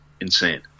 insane